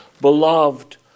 beloved